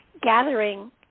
gathering